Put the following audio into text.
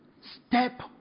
step